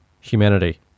humanity